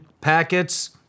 packets